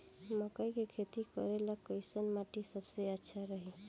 मकई के खेती करेला कैसन माटी सबसे अच्छा रही?